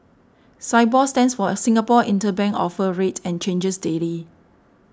Sibor stands for a Singapore Interbank Offer Rate and changes daily